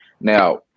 Now